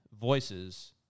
voices